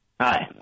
Hi